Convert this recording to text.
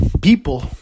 people